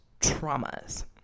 traumas